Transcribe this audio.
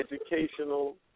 educational